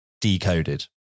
Decoded